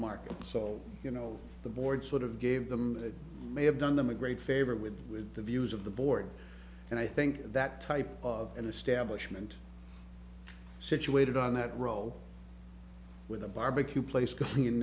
market so you know the board sort of gave them that may have done them a great favor with with the views of the board and i think that type of an establishment situated on that row with a barbecue place